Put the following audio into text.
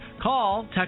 Call